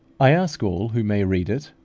i ask all who may read it,